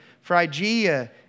Phrygia